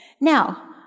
now